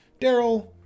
Daryl